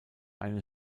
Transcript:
einen